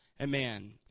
Amen